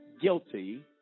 guilty